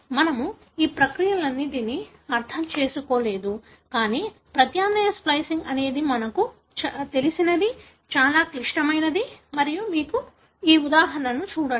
మేము ఈ ప్రక్రియలన్నింటినీ అర్థం చేసుకోలేదు కానీ ప్రత్యామ్నాయ స్ప్లికింగ్ అనేది మాకు తెలిసినది చాలా క్లిష్టమైనది మరియు మీరు ఈ ఉదాహరణను చూడండి